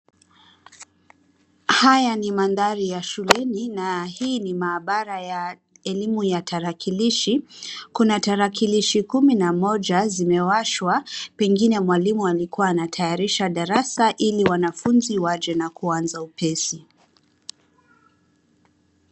Haya ni mandhari ya shuleni na hii ni mahabara ya elimu ya tarakilishi. Kuna tarakilishi kumi na moja imewashwa pengine mwalimu alikua anatayarisha darasa ili wanafunzi wake na waanze upesi.